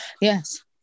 Yes